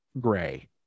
gray